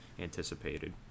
anticipated